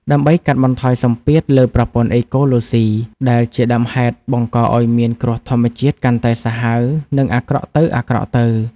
ដើម្បីកាត់បន្ថយសម្ពាធលើប្រព័ន្ធអេកូឡូស៊ី ដែលជាដើមហេតុបង្កឱ្យមានគ្រោះធម្មជាតិកាន់តែសាហាវ និងអាក្រក់ទៅៗ។